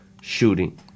shooting